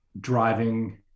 driving